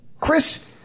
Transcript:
Chris